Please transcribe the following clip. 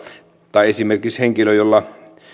tai esimerkiksi henkilölle jolla